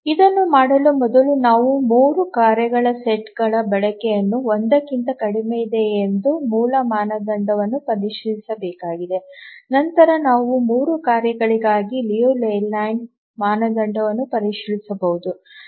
ಇದನ್ನು ಮಾಡಲು ಮೊದಲು ನಾವು 3 ಕಾರ್ಯಗಳ ಸೆಟ್ಗಳ ಬಳಕೆಯು 1 ಕ್ಕಿಂತ ಕಡಿಮೆಯಿದೆಯೇ ಎಂಬ ಮೂಲ ಮಾನದಂಡವನ್ನು ಪರಿಶೀಲಿಸಬೇಕಾಗಿದೆ ನಂತರ ನಾವು 3 ಕಾರ್ಯಗಳಿಗಾಗಿ ಲಿಯು ಲೇಲ್ಯಾಂಡ್ ಮಾನದಂಡವನ್ನು ಪರಿಶೀಲಿಸಬಹುದು